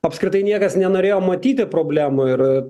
apskritai niekas nenorėjo matyti problemų ir